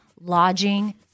lodging